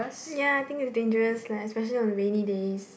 ya I think is dangerous leh especially on rainy days